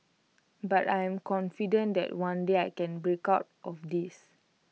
but I am confident that one day I can break out of this